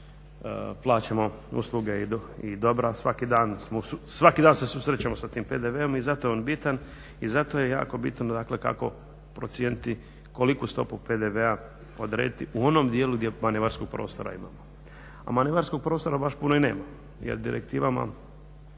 plaćamo usluge i dobra, svaki dan se susrećemo s tim PDV-om i zato je on bitan i zato je jako bitno dakle kako procijeniti koliku stopu PDV-a odrediti u onom dijelu gdje manevarskog prostora ima, a manevarskog prostora baš puno i nema jer direktivama